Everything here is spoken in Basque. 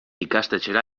ikastetxera